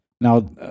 Now